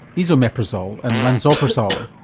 esomeprazole and lansoprazole.